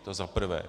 To za prvé.